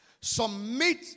submit